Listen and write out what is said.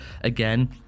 again